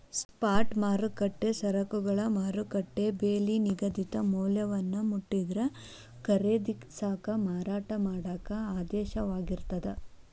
spot ಮಾರುಕಟ್ಟೆ ಸರಕುಗಳ ಮಾರುಕಟ್ಟೆ ಬೆಲಿ ನಿಗದಿತ ಮೌಲ್ಯವನ್ನ ಮುಟ್ಟಿದ್ರ ಖರೇದಿಸಾಕ ಮಾರಾಟ ಮಾಡಾಕ ಆದೇಶವಾಗಿರ್ತದ